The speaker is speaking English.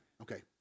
Okay